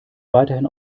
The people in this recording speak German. weiterhin